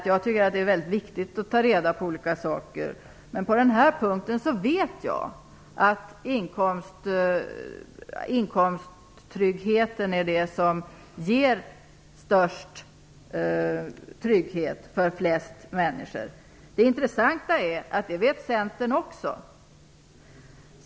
Jag tycker att det är väldigt viktigt att ta reda på saker, men på denna punkt vet jag att inkomsttryggheten är det som ger störst trygghet för flest människor. Det intressanta är att Centern också vet det.